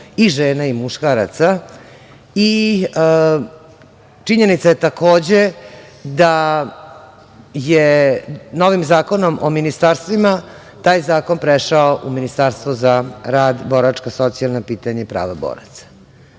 i žena i muškaraca. Činjenica je takođe da je novim Zakonom o ministarstvima taj zakon prešao u Ministarstvo za rad, boračka, socijalna pitanja i prava boraca.